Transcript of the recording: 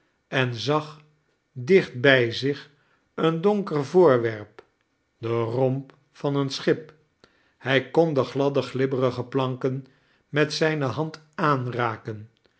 en zag dicht bij zich een donker voorwerp den romp van een schip hij kon de gladde glibberige planken met zijne hand aanraken